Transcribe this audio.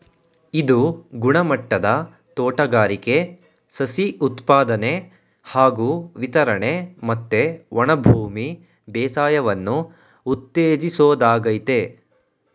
ಇದು ಗುಣಮಟ್ಟದ ತೋಟಗಾರಿಕೆ ಸಸಿ ಉತ್ಪಾದನೆ ಹಾಗೂ ವಿತರಣೆ ಮತ್ತೆ ಒಣಭೂಮಿ ಬೇಸಾಯವನ್ನು ಉತ್ತೇಜಿಸೋದಾಗಯ್ತೆ